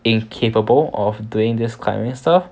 incapable of doing this climbing stuff